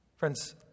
Friends